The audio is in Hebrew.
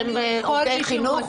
שהם עובדי חינוך.